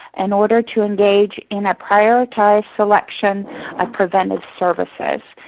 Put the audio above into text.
in order to engage in a prioritized selection of preventive services.